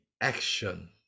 action